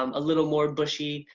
um a little more bushy,